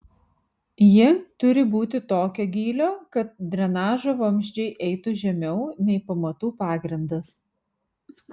ji turi būti tokio gylio kad drenažo vamzdžiai eitų žemiau nei pamatų pagrindas